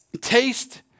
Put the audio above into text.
taste